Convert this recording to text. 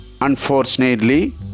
Unfortunately